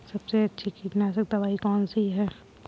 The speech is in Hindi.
सबसे अच्छी कीटनाशक दवाई कौन सी है?